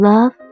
Love